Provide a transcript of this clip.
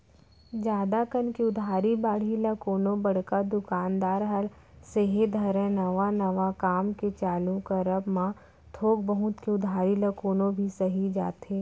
जादा कन के उधारी बाड़ही ल कोनो बड़का दुकानदार ह सेहे धरय नवा नवा काम के चालू करब म थोक बहुत के उधारी ल कोनो भी सहि जाथे